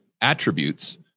attributes